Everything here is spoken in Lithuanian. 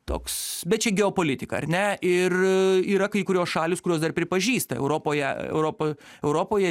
toks bet čia geopolitika ar ne ir yra kai kurios šalys kurios dar pripažįsta europoje europo europoje